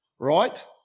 right